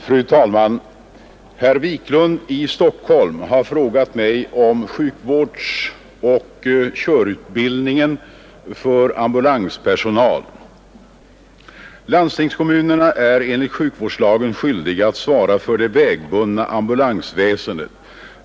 Fru talman! Herr Wiklund i Stockholm har frågat mig om sjukvårdsoch körutbildningen för ambulanspersonal. Landstingskommunerna är enligt sjukvårdslagen skyldiga att svara för det vägbundna ambulansväsendet.